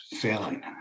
failing